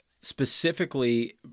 specifically